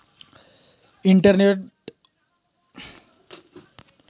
इंटरनेटवरून माहिती वाचून माझ्या मित्राने ज्यूटचा प्रकार सांगितला